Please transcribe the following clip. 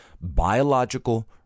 biological